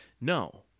No